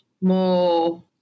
more